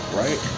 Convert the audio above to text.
right